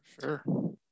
Sure